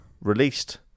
released